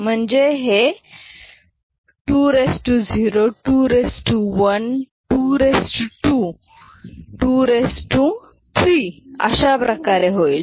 म्हणजेच हे 20 21 22 23 आश्या प्रकारे होईल